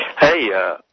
Hey